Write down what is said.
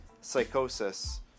psychosis